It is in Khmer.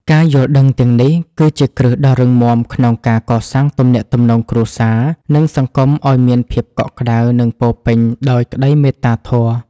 ការយល់ដឹងទាំងនេះ គឺជាគ្រឹះដ៏រឹងមាំក្នុងការកសាងទំនាក់ទំនងគ្រួសារ និងសង្គមឱ្យមានភាពកក់ក្ដៅ និងពោរពេញដោយក្ដីមេត្តាធម៌។